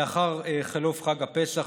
לאחר חלוף חג הפסח,